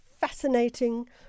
fascinating